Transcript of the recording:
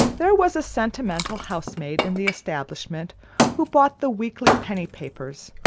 there was a sentimental housemaid in the establishment who bought the weekly penny papers,